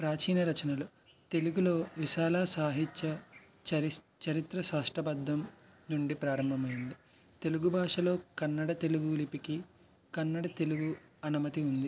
ప్రాచీన రచనలు తెలుగులో విశాల సాహిత్య చరి చరిత్ర సాష్టా బద్దం నుండి ప్రారంభంమైనది తెలుగు భాషలో కన్నడ తెలుగు లిపికి కన్నడ తెలుగు అనుమతి ఉంది